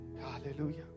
Hallelujah